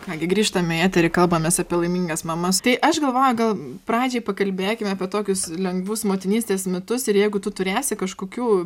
ką gi grįžtam į eterį kalbamės apie laimingas mamas tai aš galvoju gal pradžiai pakalbėkim apie tokius lengvus motinystės mitus ir jeigu tu turėsi kažkokių